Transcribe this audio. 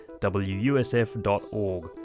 WUSF.org